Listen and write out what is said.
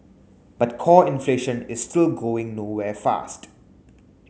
but core inflation is still going nowhere fast